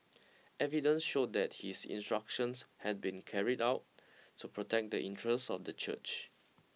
evidence showed that his instructions had been carried out to protect the interests of the church